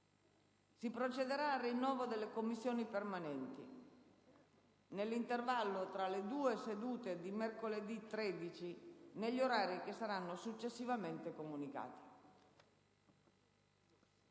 si procederà al rinnovo delle Commissioni permanenti nell'intervallo tra le due sedute di mercoledì 13, negli orari che saranno successivamente comunicati.